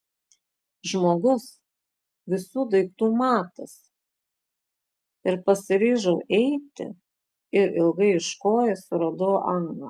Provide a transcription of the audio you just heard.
žmogus visų daiktų matas ir pasiryžau eiti ir ilgai ieškojęs suradau angą